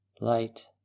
Light